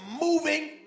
moving